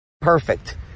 perfect